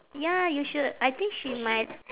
ya you should I think she might